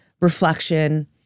reflection